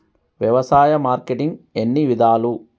వ్యవసాయ మార్కెటింగ్ ఎన్ని విధాలు?